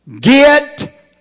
Get